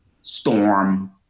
storm